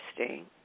interesting